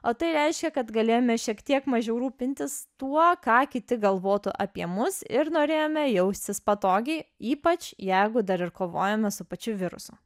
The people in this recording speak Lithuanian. o tai reiškia kad galėjome šiek tiek mažiau rūpintis tuo ką kiti galvotų apie mus ir norėjome jaustis patogiai ypač jeigu dar ir kovojome su pačiu virusu